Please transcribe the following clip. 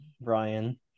Brian